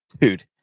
dude